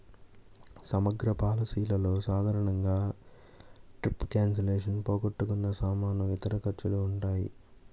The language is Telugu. సమగ్ర పాలసీలలో సాధారణంగా ట్రిప్ క్యాన్సిలేషన్, పోగొట్టుకున్న సామాను, ఇతర ఖర్చులు ఉంటాయి